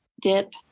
dip